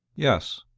yes.